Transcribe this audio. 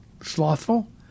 slothful